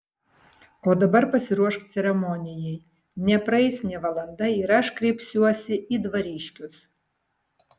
o dabar pasiruošk ceremonijai nepraeis nė valanda ir aš kreipsiuosi į dvariškius